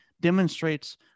demonstrates